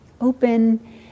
open